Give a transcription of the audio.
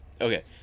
Okay